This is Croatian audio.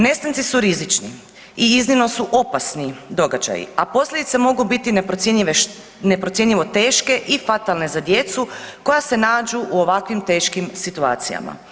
Nestanci su rizični i iznimno su opasni događaji, a posljedice mogu biti neprocjenjivo teške i fatalne za djecu koja se nađu u ovakvim teškim situacijama.